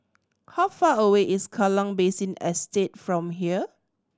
how far away is Kallang Basin Estate from here